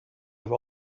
i’ve